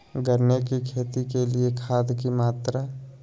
गन्ने की खेती के लिए खाद की मात्रा?